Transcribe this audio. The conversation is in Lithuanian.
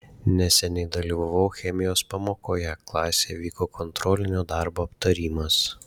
neseniai dalyvavau chemijos pamokoje klasėje vyko kontrolinio darbo aptarimas